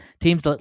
teams